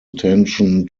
attention